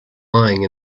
lying